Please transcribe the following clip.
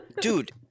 Dude